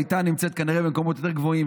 היא הייתה נמצאת כנראה במקומות יותר גבוהים,